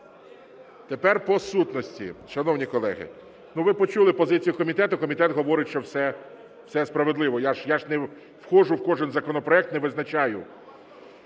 Тепер по сутності. Шановні колеги, ну, ви почули позицію комітету, комітет говорить, що все справедливо. Я ж не входжу в кожен законопроект, не визначаю.